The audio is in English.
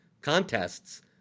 contests